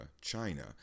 China